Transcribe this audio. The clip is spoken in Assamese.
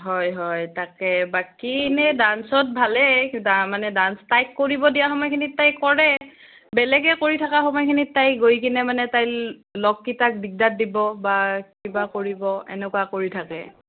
হয় হয় তাকে বাকী এনেই ডান্সত ভালেই মানে ডান্স তাইক কৰিব দিয়া সময়খিনিত তাই কৰে বেলেগে কৰি থাকা সময়খিনিত তাই গৈ কিনে মানে তাইৰ লগকেইটাক দিগদাৰ দিব বা কিবা কৰিব এনেকুৱা কৰি থাকে